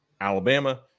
Alabama